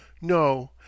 No